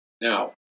Now